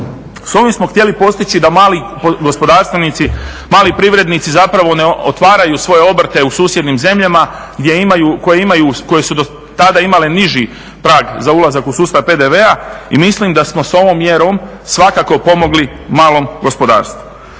S ovim smo htjeli postići da mali gospodarstvenici, mali privrednici zapravo ne otvaraju svoje obrte u susjednim zemljama gdje imaju, koje imaju, koje su do tada imale niži prag za ulazak u sustav PDV-a. I mislim da smo sa ovom mjerom svakako pomogli malom gospodarstvu.